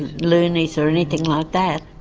loonies or anything like that,